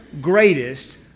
greatest